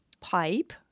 pipe